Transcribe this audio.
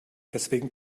deswegen